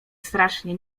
strasznie